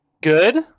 good